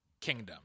kingdom